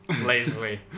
lazily